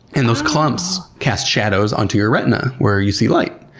and those clumps casts shadows onto your retina where you see light.